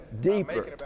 deeper